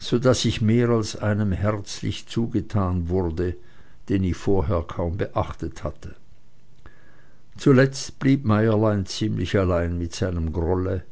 so daß ich mehr als einem herzlich zugetan wurde den ich vorher kaum beachtet hatte zuletzt blieb meierlein ziemlich allein mit seinem grolle